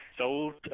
sold